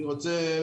אני חושב